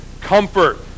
comfort